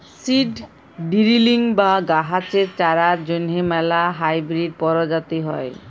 seed drilling বা গাহাচের চারার জ্যনহে ম্যালা হাইবিরিড পরজাতি হ্যয়